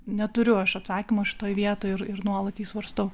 neturiu aš atsakymo šitoj vietoj ir nuolat jį svarstau